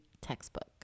textbook